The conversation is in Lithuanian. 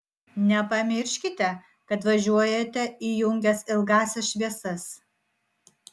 nepamirškite kad važiuojate įjungęs ilgąsias šviesas